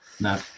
no